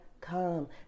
come